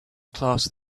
class